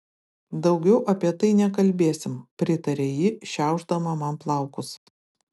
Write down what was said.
daugiau apie tai nekalbėsim pritarė ji šiaušdama man plaukus